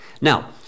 Now